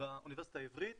באוניברסיטה העברית